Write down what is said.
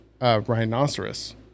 rhinoceros